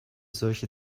solche